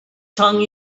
tongue